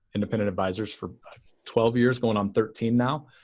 independent advisors for twelve years, going on thirteen now,